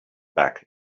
back